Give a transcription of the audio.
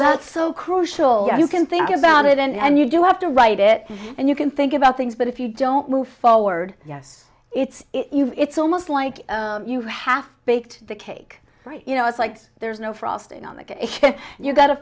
out so crucial you can think about it and you do have to write it and you can think about things but if you don't move forward yes it's it's almost like you half baked the cake right you know it's like there's no frosting on the cake you've got to